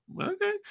Okay